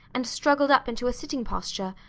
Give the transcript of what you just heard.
and struggled up into a sitting posture,